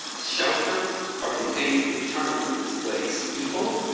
shelter are contained internally displaced people,